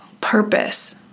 purpose